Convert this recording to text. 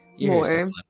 more